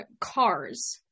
Cars